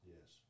Yes